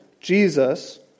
Jesus